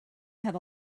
have